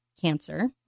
cancer